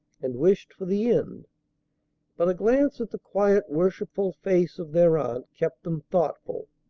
and wished for the end but a glance at the quiet, worshipful face of their aunt kept them thoughtful.